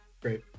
great